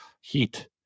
heat